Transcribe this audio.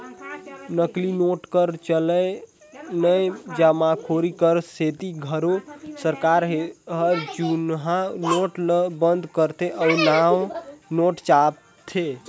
नकली नोट कर चलनए जमाखोरी कर सेती घलो सरकार हर जुनहा नोट ल बंद करथे अउ नावा नोट छापथे